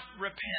repent